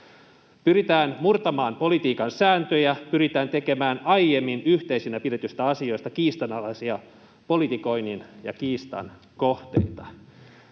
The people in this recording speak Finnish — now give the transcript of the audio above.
Pyritään murtamaan politiikan sääntöjä, pyritään tekemään aiemmin yhteisinä pidetyistä asioista kiistanalaisia politikoinnin ja kiistan kohteita.